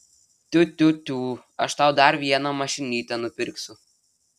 tiu tiu tiū aš tau dar vieną mašinytę nupirksiu